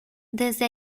desde